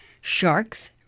Sharks